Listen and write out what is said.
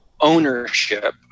ownership